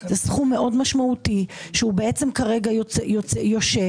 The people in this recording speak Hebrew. זה סכום מאוד משמעותי שהוא כרגע יושב